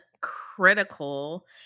critical